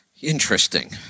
Interesting